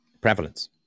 prevalence